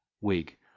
Wig